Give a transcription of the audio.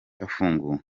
afunguwe